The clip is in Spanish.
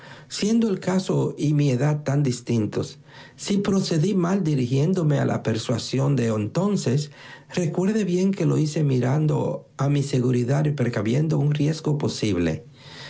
siendo el caso y mi edad tan distintos si procedí mal rindiéndome a la persuasión de entonces recuerde bien que lo hice mirando a mi seguridad y precaviendo un riesgo posible